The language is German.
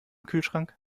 kühlschrank